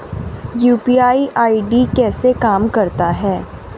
UPI ID कैसे काम करता है?